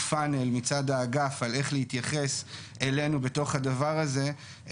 פנל מצד האגף על איך להתייחס אלינו בתוך הדבר הזה,